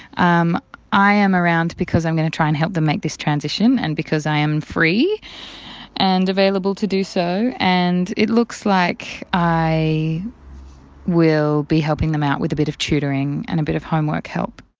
um i am around because i'm going to try and help them make this transition and because i am free and available to do so. and it looks like i will be helping them out with a bit of tutoring and a bit of homework help.